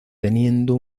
teniendo